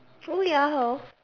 oh ya hor